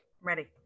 ready